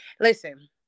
Listen